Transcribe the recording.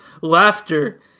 laughter